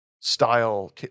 style